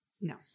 No